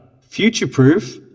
future-proof